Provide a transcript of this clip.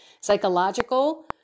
psychological